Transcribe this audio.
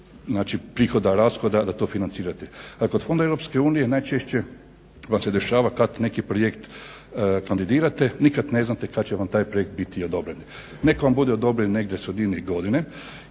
znači prihoda, rashoda da to financirate. A kod fondova Europske unije najčešće vam se dešava kad neki projekt kandidirate nikad ne znate kad će vam ta projekt biti odobren. Nekad vam bude odobren negdje u sredini godine.